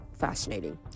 fascinating